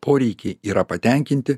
poreikiai yra patenkinti